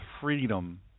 freedom